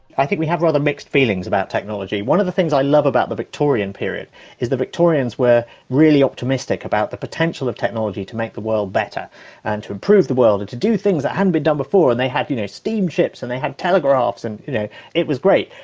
i think we have rather mixed feelings about technology. one of the things i love about the victorian period is that the victorians were really optimistic about the potential of technology to make the world better and to improve the world and to do things that hadn't been done before. and they had you know steamships and they had telegraphs, you know it was great.